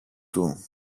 του